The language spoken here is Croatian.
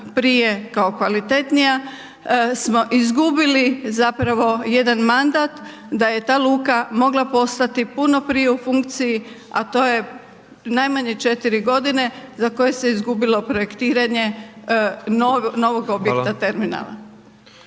prije kao kvalitetnija smo izgubili zapravo jedan mandat da je ta luka mogla postati puno prije u funkciji a to je najmanje 4 g. za koje se izgubilo projektiranje novog objekta terminala.